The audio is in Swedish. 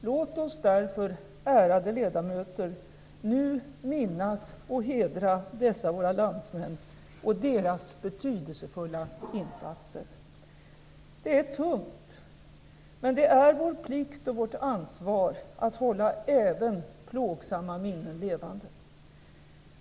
Låt oss därför, ärade ledamöter, nu minnas och hedra dessa våra landsmän och deras betydelsefulla insatser. Det är tungt, men det är vår plikt och ansvar, att hålla även plågsamma minnen levande.